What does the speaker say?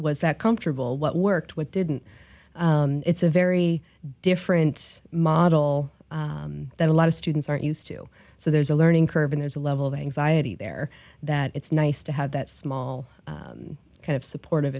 was that comfortable what worked what didn't it's a very different model that a lot of students aren't used to so there's a learning curve and there's a level of anxiety there that it's nice to have that small kind of supportive